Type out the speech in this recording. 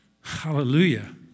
Hallelujah